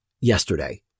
yesterday